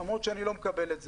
למרות שאני לא מקבל את זה,